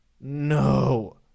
No